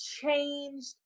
changed